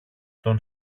τον